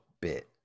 bit